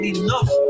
enough